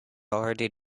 already